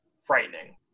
frightening